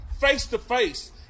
face-to-face